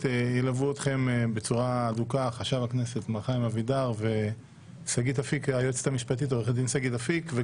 חשב הכנסת והיועצת המשפטית של הכנסת